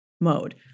mode